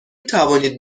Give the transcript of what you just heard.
توانید